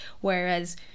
Whereas